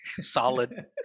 solid